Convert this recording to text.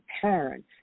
parents